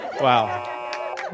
Wow